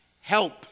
Help